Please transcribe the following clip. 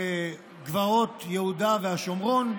בגבעות יהודה והשומרון,